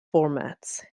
formats